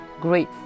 great